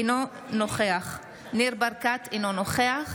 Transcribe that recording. אינו נוכח ניר ברקת, אינו נוכח